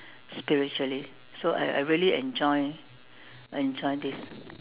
spiritually so I I really enjoy enjoy this